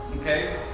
Okay